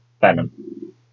Venom